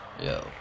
Yo